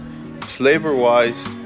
Flavor-wise